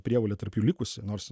prievolė tarp jų likusi nors